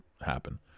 happen